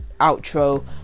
outro